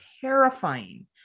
terrifying